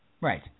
Right